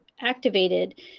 activated